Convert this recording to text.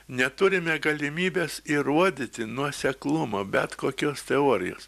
neturime galimybės įrodyti nuoseklumo bet kokios teorijos